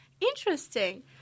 Interesting